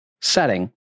setting